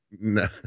No